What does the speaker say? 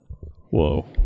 Whoa